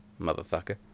motherfucker